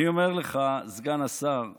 אני אומר לך, סגן השר אלון,